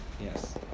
Yes